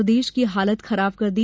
प्रदेश की हालत खराब कर दी